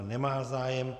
Nemá zájem.